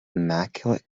immaculate